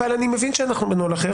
אני מבין שאנחנו בנוהל אחר,